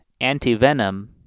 antivenom